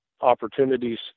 Opportunities